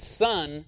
son